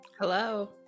hello